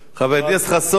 חבר הכנסת חסון,